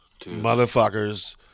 motherfuckers